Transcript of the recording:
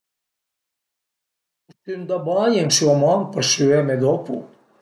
Custüm da bagn e ün süaman për süeme dopu